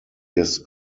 his